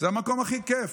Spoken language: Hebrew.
זה המקום הכי כיף.